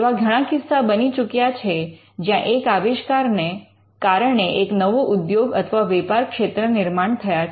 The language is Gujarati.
એવા ઘણા કિસ્સા બની ચૂક્યા છે જ્યાં એક આવિષ્કાર ને કારણે એક નવો ઉદ્યોગ અથવા વેપાર ક્ષેત્ર નિર્માણ થયા છે